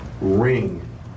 ring